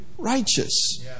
Righteous